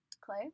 Clay